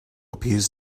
appears